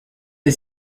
est